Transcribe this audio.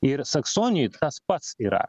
ir saksonijoj tas pats yra